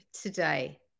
today